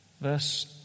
Verse